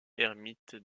ermite